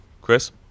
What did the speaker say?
Chris